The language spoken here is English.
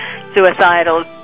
suicidal